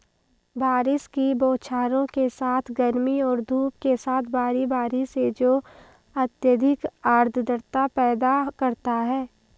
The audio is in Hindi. बारिश की बौछारों के साथ गर्मी और धूप के साथ बारी बारी से जो अत्यधिक आर्द्रता पैदा करता है